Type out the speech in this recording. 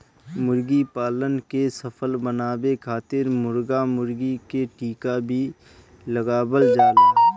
मुर्गीपालन के सफल बनावे खातिर मुर्गा मुर्गी के टीका भी लगावल जाला